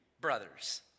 brothers